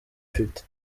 ufite